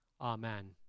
Amen